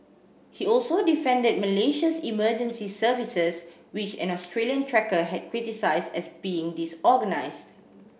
he also defended Malaysia's emergency services which an Australian trekker had criticised as being disorganised